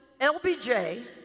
LBJ